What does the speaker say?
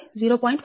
4605 0